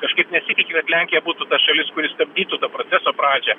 kažkaip nesitiki kad lenkija būtų ta šalis kuri stabdytų to proceso pradžią